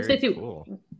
cool